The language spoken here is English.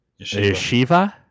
yeshiva